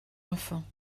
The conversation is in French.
enfants